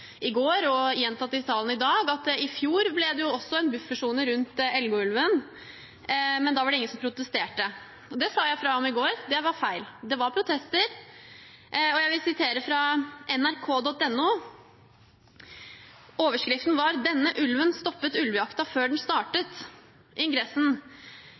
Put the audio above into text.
i går og gjentatt i salen i dag at i fjor ble det også en buffersone rundt Elgå-ulven, men da var det ingen som protesterte. Det sa jeg fra om i går: Det er feil, det var protester. Og jeg vil sitere fra nrk.no. Overskriften var: «Denne ulven stoppet ulvejakta før den startet». Ingressen